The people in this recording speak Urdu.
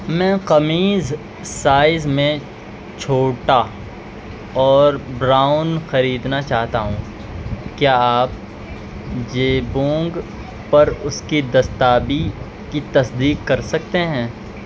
میں قمیض سائز میں چھوٹا اور براؤن خریدنا چاہتا ہوں کیا آپ جبونگ پر اس کی دستیابی کی تصدیق کر سکتے ہیں